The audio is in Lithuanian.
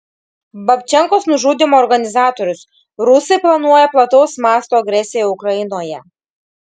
babčenkos nužudymo organizatorius rusai planuoja plataus masto agresiją ukrainoje